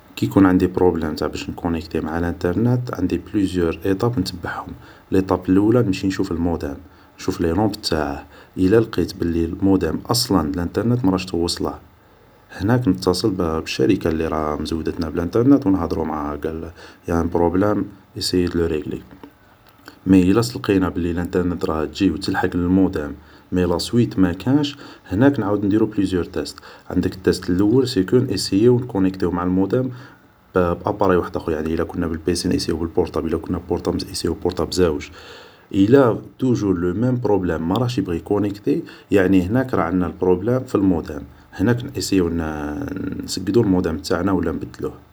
كي يكون عندي بروبلام تاع باش نكونيكتي مع الانترنت عندي بلوزيور إتاب نتبعهم لتاب لولة نمشي نشوف المودام نشوف لي لومب تاعه إلى لقيت بلي المودام أصلا الانترنت مراهش توصله هناك نتصل بالشركة لي راها مزودتنا بالانترنت نهدرو معاها ڨال إليا أن بروبلام إسيي دو لو ريڨلي مي إلى لقينا بلي الانترنت راها جي و تلحڨ للمودام مي لاسويت مكانش هناك نعاودو نديرو بلوزيور تاست عندك تاست لول سكو نإسيو نكونيكتيو مع المودام بأبراي واحداخر يعني إلى كنا بالبيسي نإسيو بالبورتابل و إلى كنا بالبورتابل تإسيو ب بورتابل زاوج إلى توجور لو مام بروبلام مراهش يبغي يكونيكتي يعني هناك راه عندنا البروبلام في المودام هناك نإسيو نسڨدو المودام تاعنا ولا نبدلوه